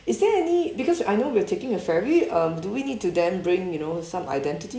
is there any because I know we're taking a ferry um do we need to then bring you know some identity